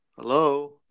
Hello